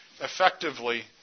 effectively